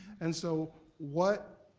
and so what,